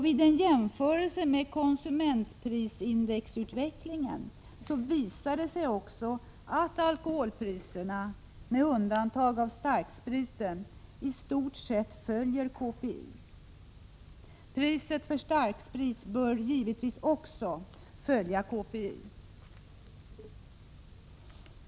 Vid en jämförelse med konsumentprisindexutvecklingen visar det sig också att alkoholpriserna — med undantag för starksprit — i stort sett följer konsumentprisindex. Priset för starksprit bör givetvis också göra det.